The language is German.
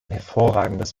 hervorragendes